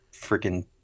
freaking